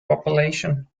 population